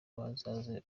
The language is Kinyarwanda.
bazaze